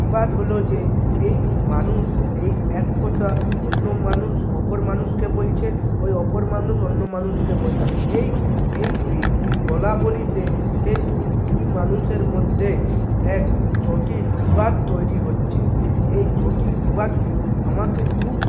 বিবাদ হল যে এই মানুষ এই এক কথা অন্য মানুষ অপর মানুষকে বলছে ওই অপর মানুষ অন্য মানুষকে বলছে এই এই বলাবলিতে সেই দুই মানুষের মধ্যে এক জটিল বিবাদ তৈরি হচ্ছে এই জটিল বিবাদটি আমাকে খুব